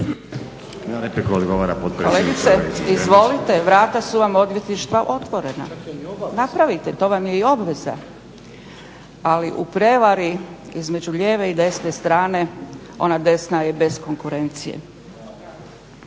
Kolegice izvolite vrata su vam odvjetništva otvorena. Napravite, to vam je i obveza. Ali u prijevari između lijeve i desne strane ona desna je bez konkurencije.